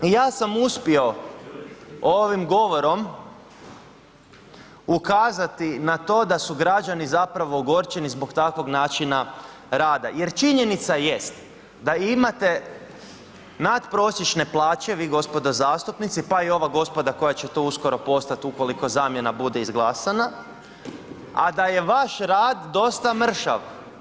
Ja sam uspio ovim govorom ukazati na to da su građani zapravo ogorčeni zbog takovog načina rada jer činjenica jest da imate natprosječne plaće, vi gospodo zastupnici, pa i ova gospoda koja će to uskoro postati ukoliko zamjena bude izglasana, a da je vaš rad dosta mršav.